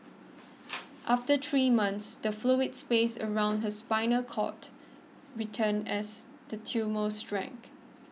after three months the fluid space around her spinal cord returned as the tumour shrank